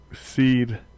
seed